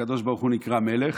הקדוש ברוך הוא נקרא מלך?